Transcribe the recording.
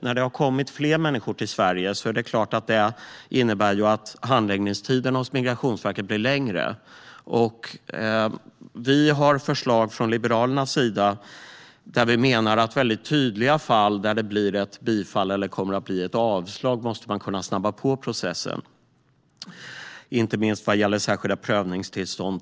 När det kommer fler människor till Sverige är det klart att detta innebär att handläggningstiderna hos Migrationsverket blir längre. Liberalerna har förslag där vi menar att man måste kunna snabba på processen i de fall där det är tydligt att det kommer att bli bifall eller avslag. Detta gäller inte minst särskilda prövningstillstånd.